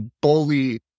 bully